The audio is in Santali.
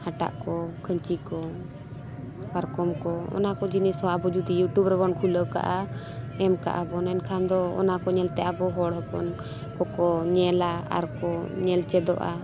ᱦᱟᱴᱟᱜ ᱠᱚ ᱠᱷᱟᱹᱧᱪᱤ ᱠᱚ ᱯᱟᱨᱠᱚᱢ ᱠᱚ ᱚᱱᱟ ᱠᱚ ᱡᱤᱱᱤᱥ ᱦᱚᱸ ᱟᱵᱚ ᱡᱩᱫᱤ ᱤᱭᱩᱴᱤᱭᱩᱵᱽ ᱨᱮᱵᱚᱱ ᱠᱷᱩᱞᱟᱹᱣ ᱠᱟᱜᱼᱟ ᱮᱢ ᱠᱟᱜᱼᱟ ᱵᱚᱱ ᱮᱱᱠᱷᱟᱱ ᱫᱚ ᱚᱱᱟ ᱠᱚ ᱧᱮᱞᱛᱮ ᱟᱵᱚ ᱦᱚᱲ ᱦᱚᱯᱚᱱ ᱠᱚᱠᱚ ᱧᱮᱞᱟ ᱟᱨ ᱠᱚ ᱧᱮᱞ ᱪᱮᱫᱚᱜᱼᱟ